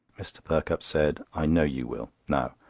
mr. perkupp said i know you will. now,